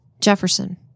Jefferson